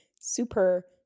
super